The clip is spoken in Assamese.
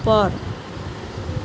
ওপৰ